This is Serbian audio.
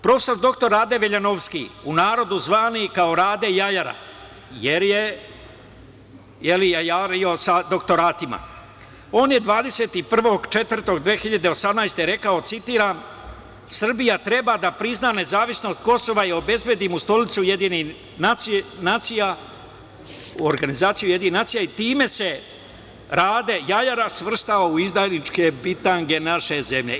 Profesor dr Rade Veljanovski, u narodu zvani kao Rade jajara, jer je jajario sa doktoratima, je 21. aprila 2018. godine rekao, citiram – Srbija treba da prizna nezavisnost Kosova i obezbedi mu stolicu u organizaciji UN i time se Rade jajara svrstao u izdajničke bitange naše zemlje.